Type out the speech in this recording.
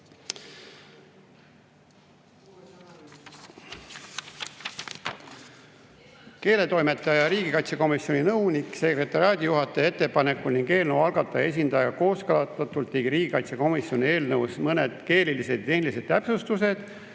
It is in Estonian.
Keeletoimetaja ja riigikaitsekomisjoni nõunik-sekretariaadijuhataja ettepanekul ning eelnõu algataja esindajatega kooskõlastatult tegi riigikaitsekomisjon eelnõus mõned keelelised ja tehnilised täpsustused.